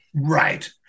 Right